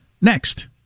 next